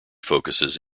focuses